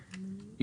מיוחד.